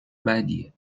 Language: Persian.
بدیه